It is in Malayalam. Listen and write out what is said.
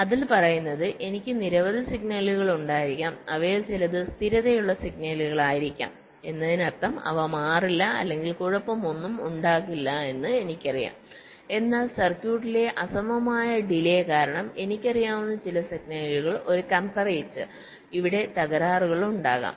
അതിൽ പറയുന്നത് എനിക്ക് നിരവധി സിഗ്നലുകൾ ഉണ്ടായിരിക്കാം അവയിൽ ചിലത് സ്ഥിരതയുള്ള സിഗ്നൽ ആയിരിക്കാം എന്നതിനർത്ഥം അവ മാറില്ല അല്ലെങ്കിൽ കുഴപ്പമൊന്നും ഉണ്ടാകില്ലെന്ന് എനിക്കറിയാം എന്നാൽ സർക്യൂട്ടുകളിലെ അസമമായ ഡിലെ കാരണം എനിക്കറിയാവുന്ന ചില സിഗ്നലുകൾ ഒരുകംപറേറ്റർ ഇവിടെ തകരാറുകൾ ഉണ്ടാകാം